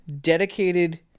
dedicated